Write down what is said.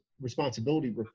responsibility